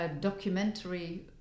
documentary